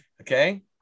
okay